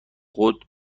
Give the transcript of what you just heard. خود